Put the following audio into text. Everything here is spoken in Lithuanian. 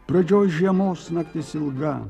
pradžioj žiemos naktis ilga